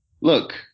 look